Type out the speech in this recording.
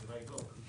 התשובה היא לא.